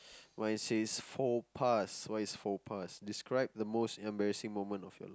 mine says four pass what is four pass describe the most embarrassing moment of your